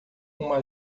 uma